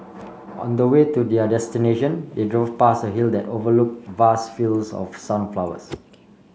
on the way to their destination they drove past a hill that overlook vast fields of sunflowers